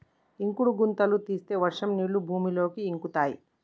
ఇంకుడు గుంతలు తీస్తే వర్షం నీళ్లు భూమిలోకి ఇంకుతయ్